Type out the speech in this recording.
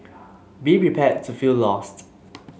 be prepared to feel lost